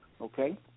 Okay